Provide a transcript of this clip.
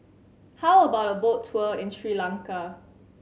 how about a boat tour in Sri Lanka